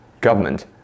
government